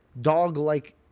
dog-like